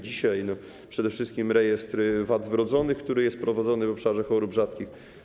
Dzisiaj to przede wszystkim rejestr wad wrodzonych, który jest prowadzony w obszarze chorób rzadkich.